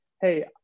Hey